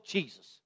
Jesus